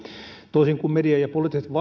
toisin kuin media ja poliittiset vastustajat